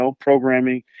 programming